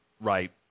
Right